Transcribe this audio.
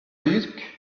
luc